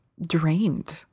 drained